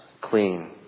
clean